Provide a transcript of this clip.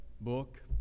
book